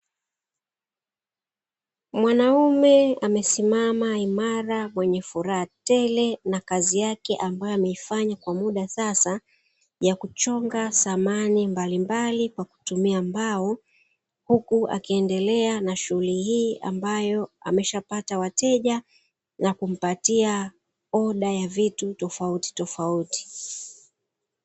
Mwanaume amesimama imara mwenye furaha tele, na kazi yake ambayo amefanya kwa muda sasa ya kuchonga samani mblimbali kwa kutumia mbao, huku akiendelea na shughili hii ambayo ameshapata wateja na kumpatia oda ya vitu tofautitofauti.